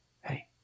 Hey